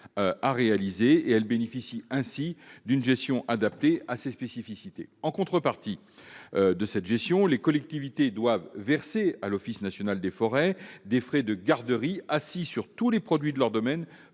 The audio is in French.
à réaliser. Chaque forêt bénéficie ainsi d'une gestion adaptée à ses spécificités. En contrepartie de cette gestion, les collectivités territoriales doivent verser à l'Office national des forêts des frais de garderie assis sur tous les produits de leur domaine